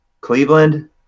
Cleveland